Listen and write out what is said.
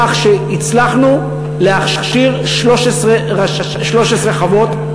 לכך שהצלחנו להכשיר 13 חוות.